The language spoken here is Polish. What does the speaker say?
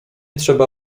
trzeba